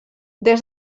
des